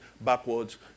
backwards